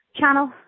Channel